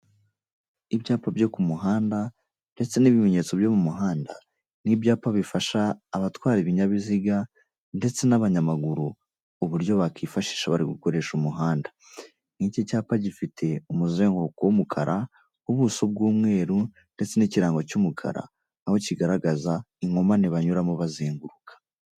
Ibyapa byo ku muhanda, ndetse n'ibimenyetso byo mu muhanda. Ni ibyapa bifasha abatwara ibinyabiziga, ndetse n'abanyamaguru uburyo bakifashisha bari gukoresha umuhanda. Nk'iki cyapa gifite umuzenguruko w'umukara, ubuso bw'umweru, ndetse n'ikirango cy'umukara, aho kigaragaza inkomane banyuramo bazenguruka.